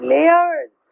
Layers